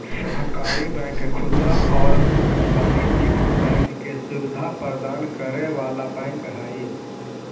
सहकारी बैंक खुदरा आउ वाणिज्यिक बैंकिंग के सुविधा प्रदान करे वाला बैंक हइ